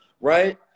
right